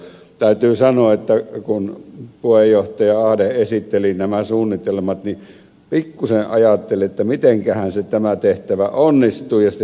täytyy sanoa että kun puheenjohtaja ahde esitteli nämä suunnitelmat niin pikkuisen ajattelin että mitenkähän tämä tehtävä onnistuu